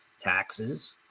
taxes